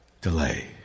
delay